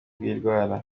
bw’indwara